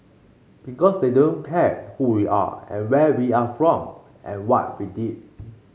because they don't care who we are and where we are from and what we did